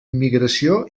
immigració